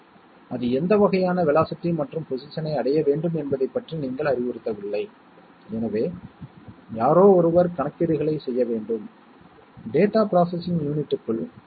1 வது சொல் A AND B AND C A AND B AND C' பின்னர் மீண்டும் A AND B AND C ஐச் கூட்டி உள்ளோம் எனவே 1st 2 சொற்கள் ஆனது A AND B ஐ காமன் C C' உடன் எடுக்க அனுமதிக்கும் 3 வது